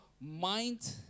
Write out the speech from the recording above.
mind